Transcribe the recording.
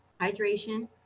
hydration